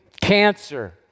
cancer